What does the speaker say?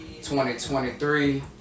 2023